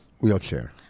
Wheelchair